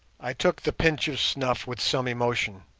i took the pinch of snuff with some emotion.